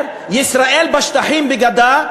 ישראל בשטחים בגדה,